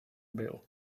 bill